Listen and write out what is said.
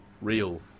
real